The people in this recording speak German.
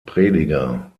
prediger